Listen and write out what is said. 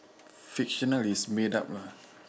fictional is made up lah